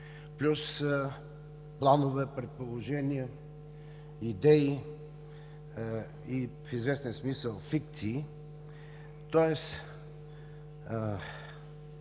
плюс планове, предположения, идеи и в известен смисъл, фикции. При това